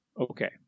Okay